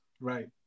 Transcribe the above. Right